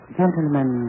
gentlemen